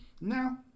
now